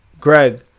Greg